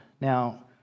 Now